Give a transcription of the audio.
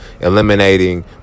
eliminating